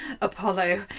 Apollo